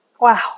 Wow